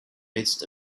midst